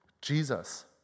jesus